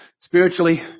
spiritually